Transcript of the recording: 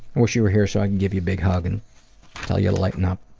wish you were here so i could give you a big hug and tell you to lighten up.